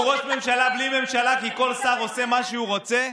והוא ראש ממשלה בלי ממשלה כי כל שר עושה מה שהוא רוצה.